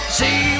see